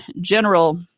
General